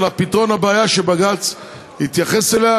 אלא פתרון הבעיה שבג"ץ התייחס אליה.